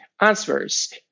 answers